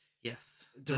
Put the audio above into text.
Yes